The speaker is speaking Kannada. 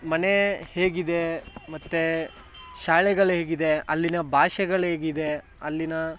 ಮನೆ ಹೇಗಿದೆ ಮತ್ತು ಶಾಲೆಗಳ್ಹೇಗಿದೆ ಅಲ್ಲಿಯ ಭಾಷೆಗಳ್ಹೇಗಿದೆ ಅಲ್ಲಿಯ